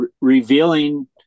revealing